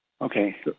Okay